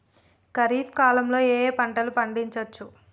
ఖరీఫ్ కాలంలో ఏ ఏ పంటలు పండించచ్చు?